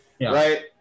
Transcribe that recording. right